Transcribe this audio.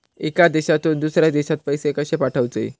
एका देशातून दुसऱ्या देशात पैसे कशे पाठवचे?